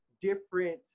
different